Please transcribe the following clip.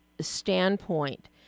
standpoint